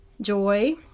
Joy